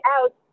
out